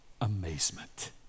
amazement